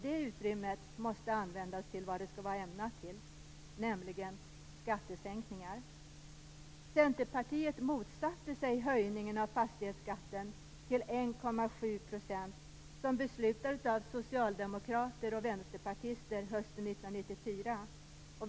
Det utrymmet måste användas till vad det var ämnat för, nämligen skattesänkningar. Centerpartiet motsatte sig höjningen av fastighetsskatten till 1,7 %, som beslutades av socialdemokrater och vänsterpartister hösten 1994.